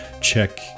check